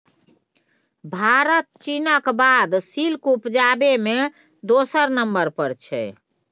भारत चीनक बाद सिल्क उपजाबै मे दोसर नंबर पर छै